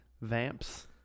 vamps